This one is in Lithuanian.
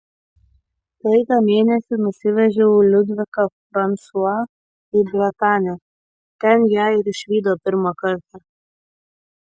praeitą mėnesį nusivežiau liudviką fransua į bretanę ten ją ir išvydo pirmą kartą